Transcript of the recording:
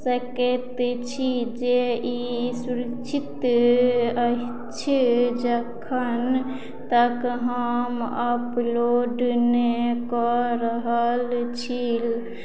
सकैत छी जे ई सुरक्षित अछि जखन तक हम अपलोड नहि कऽ रहल छी